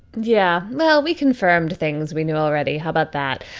yeah, well, we confirmed things we knew already. how about that?